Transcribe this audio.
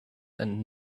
and